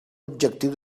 objectiu